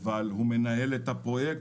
היא מנהלת את הפרויקט,